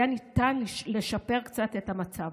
היה ניתן לשפר קצת את המצב.